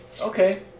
Okay